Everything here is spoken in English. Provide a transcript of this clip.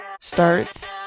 starts